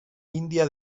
india